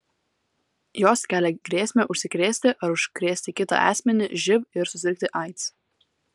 jos kelia grėsmę užsikrėsti ar užkrėsti kitą asmenį živ ir susirgti aids